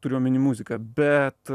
turiu omeny muziką bet